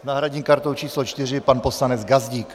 S náhradní kartou číslo 4 pan poslanec Gazdík.